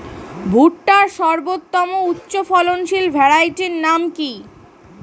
ভুট্টার সর্বোত্তম উচ্চফলনশীল ভ্যারাইটির নাম কি?